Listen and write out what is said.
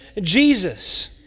Jesus